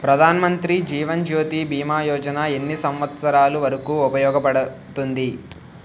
ప్రధాన్ మంత్రి జీవన్ జ్యోతి భీమా యోజన ఎన్ని సంవత్సారాలు వరకు ఉపయోగపడుతుంది?